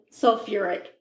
sulfuric